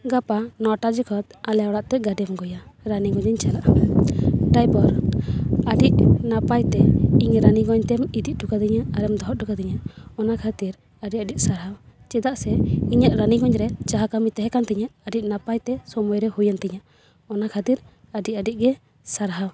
ᱜᱟᱯᱟ ᱱᱚᱴᱟ ᱡᱚᱷᱚᱛ ᱟᱞᱮ ᱚᱲᱟᱜ ᱛᱮ ᱜᱟᱹᱰᱤᱢ ᱟᱹᱜᱩᱭᱟ ᱨᱟᱡᱤᱜᱚᱡᱽ ᱤᱧ ᱪᱟᱞᱟᱜᱼᱟ ᱰᱨᱟᱭᱵᱚᱨ ᱟᱹᱰᱤ ᱱᱟᱯᱟᱭ ᱛᱮ ᱤᱧ ᱨᱟᱱᱤᱜᱚᱡᱽ ᱛᱮᱢ ᱤᱫᱤ ᱚᱴᱚ ᱠᱟᱫᱤᱧᱟ ᱟᱨᱮᱢ ᱫᱚᱦᱚ ᱚᱴᱚ ᱠᱟᱫᱤᱧᱟ ᱚᱱᱟ ᱠᱷᱟᱹᱛᱤᱨ ᱟᱹᱰᱤ ᱟᱹᱰᱤ ᱥᱟᱨᱦᱟᱣ ᱪᱮᱫᱟᱜ ᱥᱮ ᱤᱧᱟᱹᱜ ᱨᱟᱱᱤᱜᱚᱡᱽ ᱨᱮ ᱡᱟᱦᱟᱸ ᱠᱟᱹᱢᱤ ᱛᱟᱦᱮᱸ ᱠᱟᱱ ᱛᱤᱧᱟᱹᱜ ᱟᱹᱰᱤ ᱱᱟᱯᱟᱭ ᱛᱮ ᱥᱳᱢᱳᱭᱨᱮ ᱦᱩᱭᱮᱢ ᱛᱤᱧᱟᱹᱚᱱᱟ ᱠᱷᱟᱹᱛᱨ ᱟᱹᱰᱤ ᱟᱹᱰᱤ ᱜᱮ ᱥᱟᱨᱦᱟᱣ